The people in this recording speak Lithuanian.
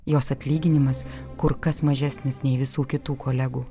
jos atlyginimas kur kas mažesnis nei visų kitų kolegų